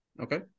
Okay